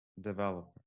developer